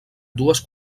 dues